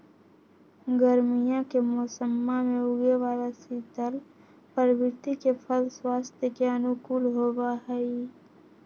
गर्मीया के मौसम्मा में उगे वाला शीतल प्रवृत्ति के फल स्वास्थ्य के अनुकूल होबा हई